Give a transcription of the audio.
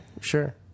sure